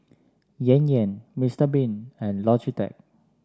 Yan Yan Mister Bean and Logitech